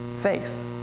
faith